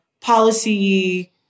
policy